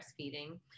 breastfeeding